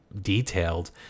detailed